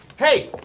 hey,